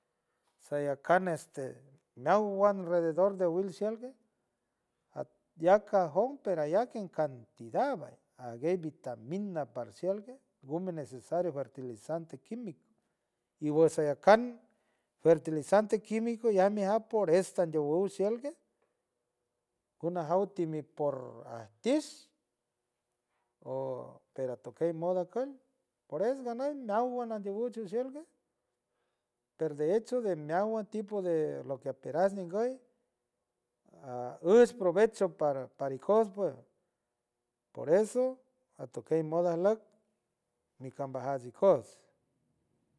Sayocant este mewan alrededor de wilciente de aca jont pero allá en cantidad allá hay vitamina parcial perfueme necesario fertilizante quimico y por sayocant fertilizante quimico ya no hay por esto llohuls alguien wanojuanti por atis o pero takey moda kuñ por eso naguay, naguay pero de echo de meowan tipo de lo que asperas ngoy, gos provechno para ikoots pues por eso atukey moda look nicambajats ikoots.